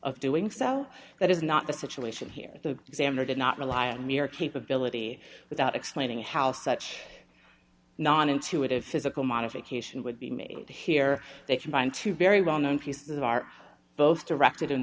of doing so that is not the situation here the examiner did not rely on mere capability without explaining how such non intuitive physical modification would be made here they combine two very well known pieces that are both directed in